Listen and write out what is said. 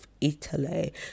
Italy